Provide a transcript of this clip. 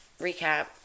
recap